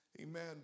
amen